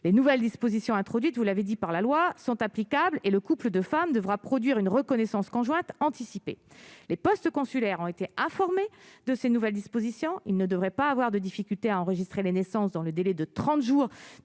les nouvelles dispositions introduites, vous l'avez dit, par la loi, sont applicables et le couple de femmes devra produire une reconnaissance conjointe anticiper les postes consulaires ont été informés de ces nouvelles dispositions, il ne devrait pas avoir de difficultés à enregistrer les naissances dans le délai de 30 jours